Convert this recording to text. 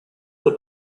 that